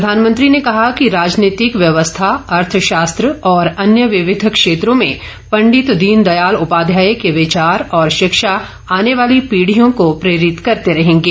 प्रधानमंत्री ने कहा कि राजनीतिक व्यवस्था अर्थशास्त्र और अन्य विविध क्षेत्रों में पंडित दीनदयाल उपाध्याय के विचार और शिक्षा आने वाली पीढियों को प्रेरित करते रहेंगे